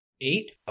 eight